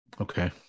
Okay